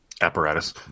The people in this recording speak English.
apparatus